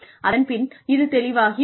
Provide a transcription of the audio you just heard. அதன் பின் இது தெளிவாகி விடும்